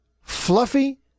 fluffy